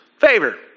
favor